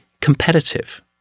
competitive